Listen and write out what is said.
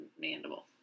mandible